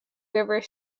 river